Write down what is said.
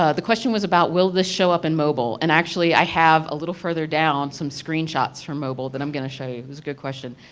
ah the question was about will this show up in mobile? and actually i have a little further down some screen shots from mobile that i'm going to show you. it was a good question.